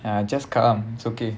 ya just come it's okay